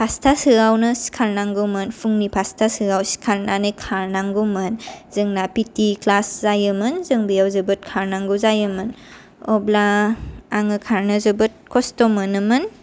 पासथासोयावनो सिखारनांगौमोन फुंनि पासथासोयाव सिखारनानै खारनांगौमोन जोंना पी टी क्लास जायोमोन जों बेयाव जोबोर खारनांगौ जायोमोन अब्ला आङो खारनो जोबोद खस्ट' मोनोमोन